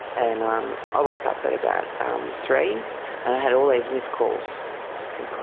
and um i woke up at about um three and i had all these missed calls from,